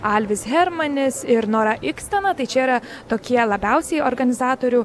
alvis hermanis ir nora ikstena tai čia yra tokie labiausiai organizatorių